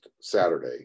Saturday